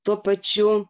tuo pačiu